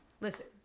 Listen